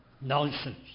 Nonsense